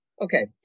Okay